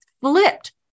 flipped